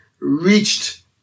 reached